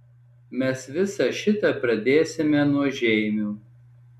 mes visą šitą pradėsime nuo žeimių